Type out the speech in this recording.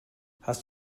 hast